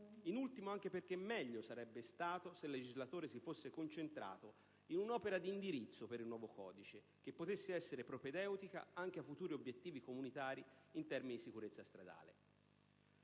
in ultimo, perché meglio sarebbe stato se il legislatore si fosse concentrato in un'opera di indirizzo per il nuovo codice che potesse essere propedeutica anche ai futuri obiettivi comunitari in termini di sicurezza stradale.